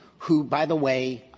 who, by the way,